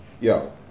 Yo